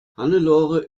hannelore